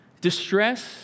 distress